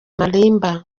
malimba